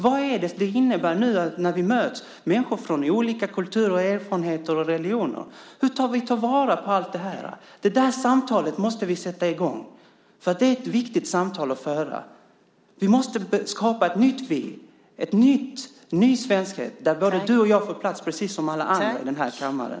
Vad innebär det när människor från olika kulturer och med olika erfarenheter och religioner möts? Hur tar vi vara på allt detta? Detta samtal måste vi sätta i gång. Det är ett viktigt samtal att föra. Vi måste skapa ett nytt vi, en ny svenskhet där både du och jag får plats precis som alla andra i den här kammaren.